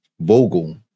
Vogel